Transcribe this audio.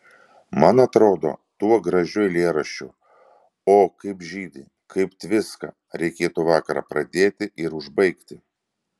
man atrodo tuo gražiu eilėraščiu o kaip žydi kaip tviska reikėtų vakarą pradėti ir užbaigti